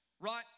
Right